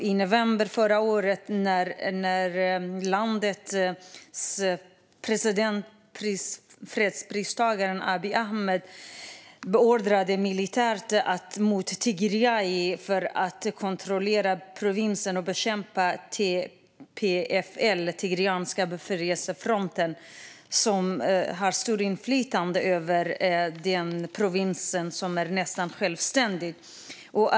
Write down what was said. I november förra året beordrade landets president, fredspristagaren Abiy Ahmed, militär mot Tigray för att kontrollera provinsen och bekämpa TPLF, Tigrayanska befrielsefronten, som har stort inflytande över den nästan självständiga provinsen.